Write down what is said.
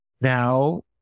now